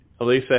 Alisa